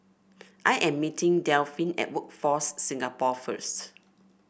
I am meeting Delphin at Workforce Singapore first